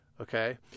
Okay